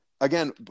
again